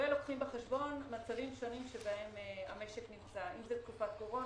ולוקחים בחשבון מצבים שונים שבהם המשק נמצא אם זו תקופת קורונה,